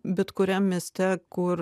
bet kuriam mieste kur